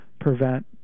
prevent